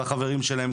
והחברים שלהן,